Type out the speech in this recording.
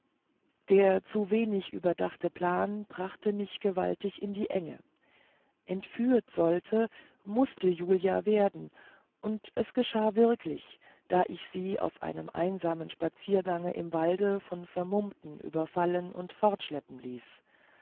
der zu wenig überdachte plan brachte mich gewaltig in die enge entführt sollte mußte julia werden und es geschah wirklich da ich sie auf einem einsamen spaziergange im walde von vermummten überfallen und fortschleppen ließ